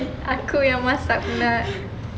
aku yang masak